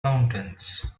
mountains